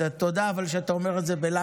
אבל תודה שאתה אומר את זה בלחש.